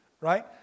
right